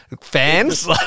Fans